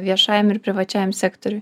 viešajam ir privačiajam sektoriui